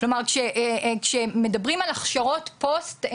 כלומר כשמדברים על הכשרות פוסט,